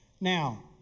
Now